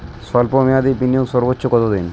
স্বল্প মেয়াদি বিনিয়োগ সর্বোচ্চ কত দিন?